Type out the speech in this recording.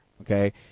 okay